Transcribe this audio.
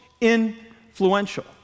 influential